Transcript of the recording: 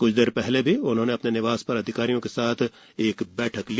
क्छ देर पहले उन्होंने अपने निवास पर अधिकारियों की एक बैठक भी ली